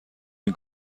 این